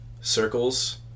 Circles